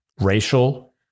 racial